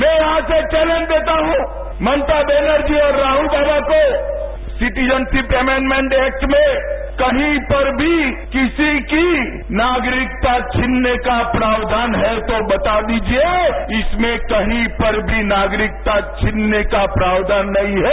मैं यहां से चेलेन्ज देता हूं ममता बेनर्जी और राहल बाबा को सीटीजनशिप अमेंडमेट एक्ट में कहीं पर भी किसी की नागरिकता छीनने का प्रावधान है तो बता दिजिए इसमें कहीं पर भी नागरिकता छीनने का प्रावधान नहीं है